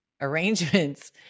arrangements